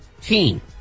team